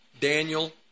Daniel